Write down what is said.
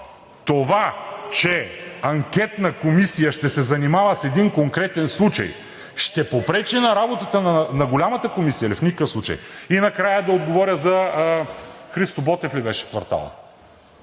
това, че анкетна комисия ще се занимава с един конкретен случай, ще попречи на работата на голямата комисия ли? В никакъв случай! И накрая да отговоря за „Христо Ботев“ ли беше кварталът?